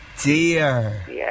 dear